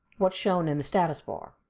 what's shown in the status bar.